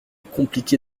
compliqué